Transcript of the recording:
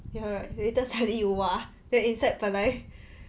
you but later suddenly you 挖 then inside 本来